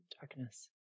darkness